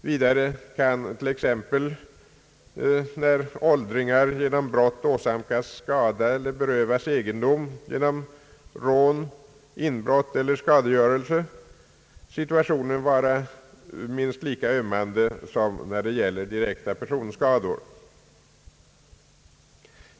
Vidare kan, t.ex. när åldringar genom brott åsamkas skada eller berövas egendom genom rån, inbrott eller skadegörelse, situationen vara minst lika ömmande som när det gäller direkta personskador.